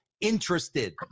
interested